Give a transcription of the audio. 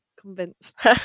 convinced